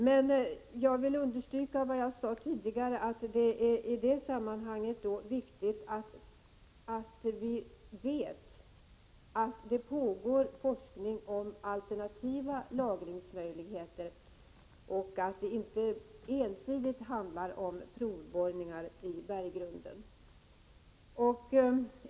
Jag vill emellertid understryka vad jag sade tidigare, att det i sammanhanget är viktigt att vi får vetskap om att det pågår forskning om alternativa lagringsmöjligheter och att det inte ensidigt handlar om provborrningar i berggrunden.